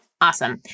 Awesome